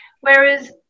whereas